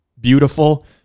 beautiful